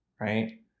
right